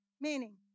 Meaning